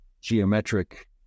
geometric